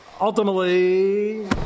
Ultimately